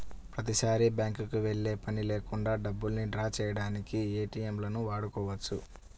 ప్రతిసారీ బ్యేంకుకి వెళ్ళే పని లేకుండా డబ్బుల్ని డ్రా చేయడానికి ఏటీఎంలను వాడుకోవచ్చు